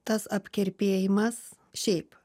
tas apkerpėjimas šiaip